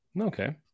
okay